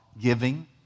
giving